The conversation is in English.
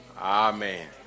Amen